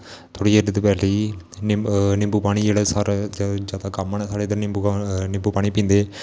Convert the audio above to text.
दपैहरी जेही निवूं पानी जेहडा साढ़े ज्यादा कामन ऐ निंवू पानी पींदे